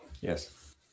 yes